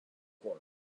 court